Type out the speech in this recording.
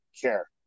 care